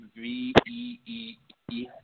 V-E-E-E